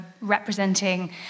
representing